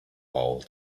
all